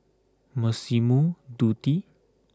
Massimo Dutti